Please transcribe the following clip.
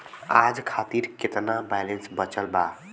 आज खातिर केतना बैलैंस बचल बा?